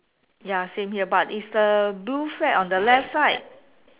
ya same here but is the blue flag on the left side